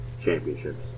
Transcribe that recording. championships